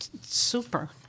super